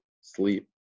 sleep